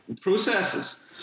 processes